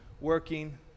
working